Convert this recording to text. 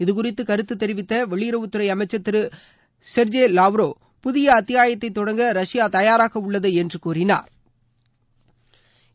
இது குறித்து கருத்து தெரிவித்த வெளியுறவுத்துறை அமைச்ச் திரு திரு சென்ஜே வாவ்ரோ புதிய அத்தியாயத்தை தொடங்க ரஷ்யா தயாராக உள்ளது என்று கூறினாா்